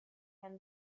can